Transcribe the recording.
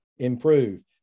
Improve